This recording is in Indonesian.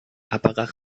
apakah